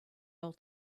all